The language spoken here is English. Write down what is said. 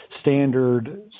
standard